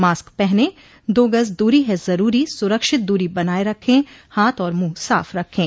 mask पहनें दो गज़ दूरी है ज़रूरी सुरक्षित दूरी बनाए रखें हाथ और मुंह साफ़ रखें